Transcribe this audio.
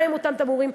מה הם אותם תמרורים,